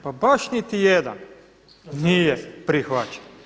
Pa baš niti jedan nije prihvaćen?